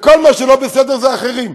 וכל מה שלא בסדר זה אחרים.